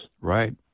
Right